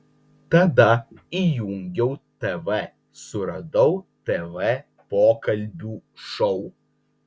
tada įjungiau tv suradau tv pokalbių šou